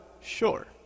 Sure